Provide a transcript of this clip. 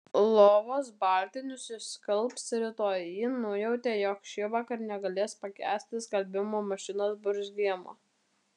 lovos baltinius išskalbs rytoj ji nujautė jog šįvakar negalės pakęsti skalbimo mašinos burzgimo